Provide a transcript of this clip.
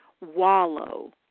Wallow